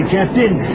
Captain